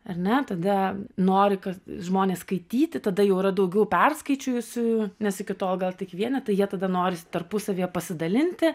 ar ne tada nori ka žmonės skaityti tada jau yra daugiau perskaičiusiųjų nes iki tol gal tik vienetai jie kada noris tarpusavyje pasidalinti